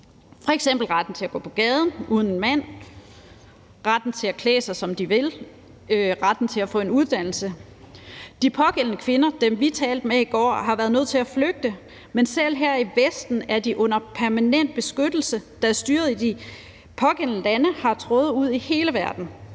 f.eks. retten til at gå på gaden uden en mand, retten til at klæde sig, som de vil, og retten til at få en uddannelse. De pågældende kvinder, dem, vi talte med i går, har været nødt til at flygte, men selv her i Vesten er de under permanent beskyttelse, da styret i de pågældende lande har tråde ude i hele verden.